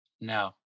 No